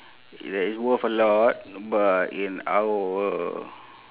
that is worth a lot but in our